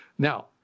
Now